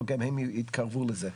הם התקרבו לזה,